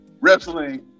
Wrestling